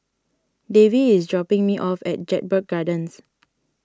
Davey is dropping me off at Jedburgh Gardens